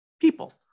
people